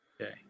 Okay